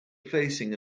facing